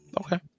Okay